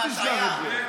אל תשכח את זה.